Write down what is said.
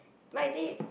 but I did